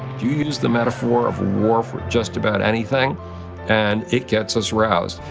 you use the metaphor of war for just about anything and it gets us roused,